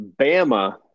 Bama